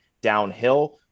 downhill